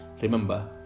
remember